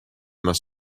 must